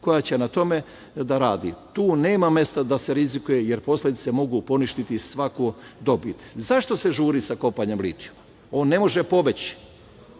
koja će na tome da radi. Tu nema mesta da se rizikuje, jer posledice mogu poništiti svaku dobit.Zašto se žuri sa kopanjem litijuma? On ne može pobeći.